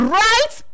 right